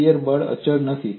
shear બળ અચળ નથી